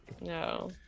No